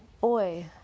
boy